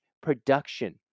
production